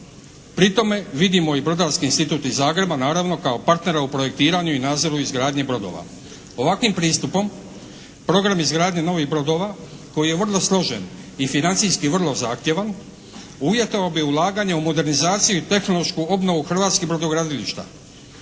Pri tome vidimo i Brodarski institut iz Zagreba naravno kao partnera u projektiranju i nadzoru izgradnje brodova. Ovakvim pristupom program izgradnje novih brodova koji je vrlo složen i financijski vrlo zahtjevan uvjetovao bi ulaganja u modernizaciji i tehnološku obnovu hrvatskih brodogradilišta,